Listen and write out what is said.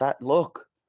look